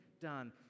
done